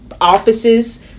offices